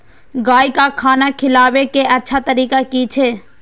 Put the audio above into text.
गाय का खाना खिलाबे के अच्छा तरीका की छे?